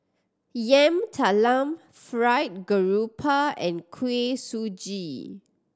Yam Talam fried grouper and Kuih Suji